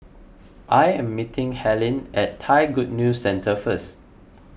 I am meeting Helyn at Thai Good News Centre first